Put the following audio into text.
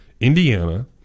Indiana